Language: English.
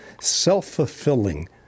self-fulfilling